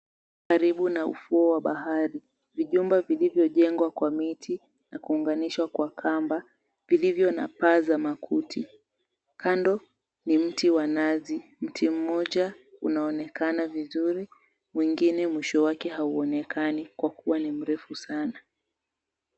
Karibu na ufuo wa bahari. Vijomba vilivyojengwa kwa miti na kuunganishwa kwa kamba vilivyo na paza makuti. Kando ni mti wa nazi, mti mmoja unaonekana vizuri, mwingine mwisho wake hauonekani kwa kuwa ni mrefu sana.